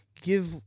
give